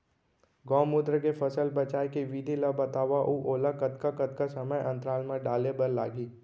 गौमूत्र ले फसल बचाए के विधि ला बतावव अऊ ओला कतका कतका समय अंतराल मा डाले बर लागही?